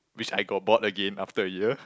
which I got bored again after a year